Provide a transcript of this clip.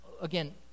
again